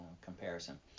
comparison